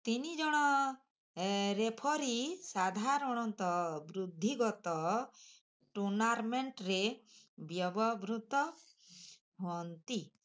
ତିନି ଜଣ ରେଫରୀ ସାଧାରଣତଃ ବୃତ୍ତିଗତ ଟୁର୍ଣ୍ଣାମେଣ୍ଟରେ ବ୍ୟବହୃତ ହୁଅନ୍ତି